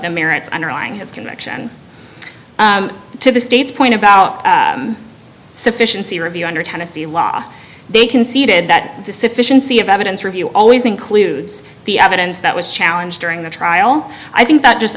the merits underlying his connection to the state's point about sufficiency review under tennessee law they conceded that the sufficiency of evidence review always includes the evidence that was challenge during the trial i think that just